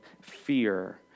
fear